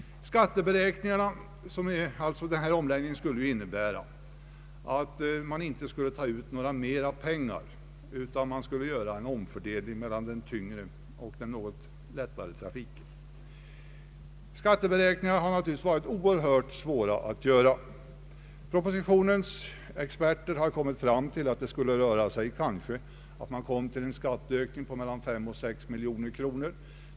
Den omläggning som nu sker innebär inte att man tar ut mera pengar, utan att en omfördelning görs mellan den tyngre och den lättare trafiken. Skatteberäkningarna har = naturligtvis varit mycket svåra att göra. Propositionens experter har kommit fram till att man kanske skulle få en skatteökning på 5 å 6 miljoner kronor.